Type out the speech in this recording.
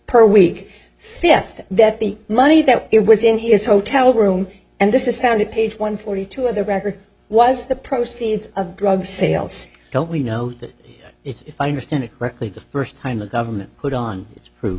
per week fifth that the money that it was in his hotel room and this is found in page one forty two of the record was the proceeds of drug sales don't we know that if i understand it correctly the first time the government put on its proof